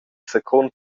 secund